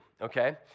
okay